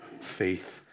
faith